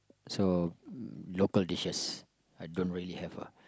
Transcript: so local dishes I don't really have a